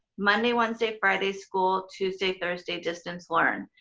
monday, wednesday, friday school, tuesday, thursday distance learn.